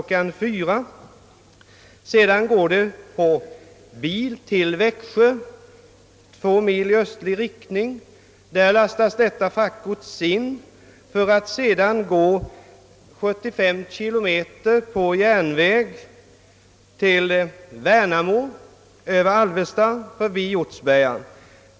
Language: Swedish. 16. Sedan går det per bil till Växjö, två mil i östlig riktning. Där lastas det om för att sedan gå ca 75 kilometer på järnväg förbi Alvesta och Hjortsberga till Värnamo.